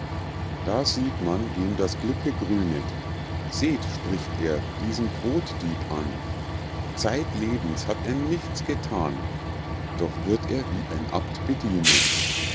da sieht man wem das glücke grünet seht spricht er diesen broddieb an zeit lebens hat er nichts gethan doch wird er wie ein abt bedienet